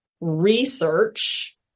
research